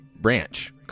branch